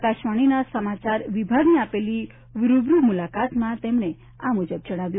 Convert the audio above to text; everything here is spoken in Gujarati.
આકાશવાણીના સમાચાર વિભાગને આપેલી રૂબરૂ મુલાકાતમાં તેમણે આ મુજબ જણાવ્યું